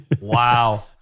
Wow